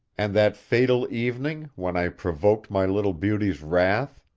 and that fatal evening when i provoked my little beauty's wrath,